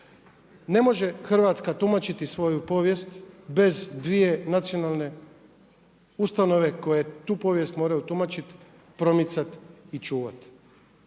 Ne može Hrvatska tumačiti svoju povijest bez dvije nacionalne ustanove koje tu povijest moraju tumačit, promicat i čuvat.